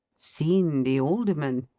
seen the alderman?